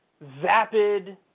vapid